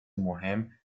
مهم